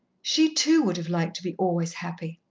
she, too, would have liked to be always happy.